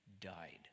died